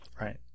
right